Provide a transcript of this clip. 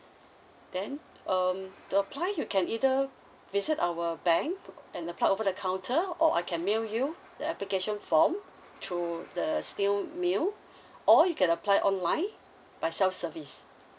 then um to apply you can either visit our bank and apply over the counter or I can mail you the application form through the snail mail or you can apply online by self service